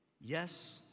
yes